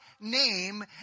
name